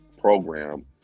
program